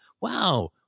wow